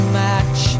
match